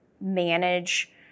manage